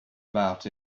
about